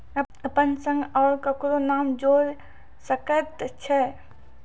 अपन संग आर ककरो नाम जोयर सकैत छी?